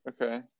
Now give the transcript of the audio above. okay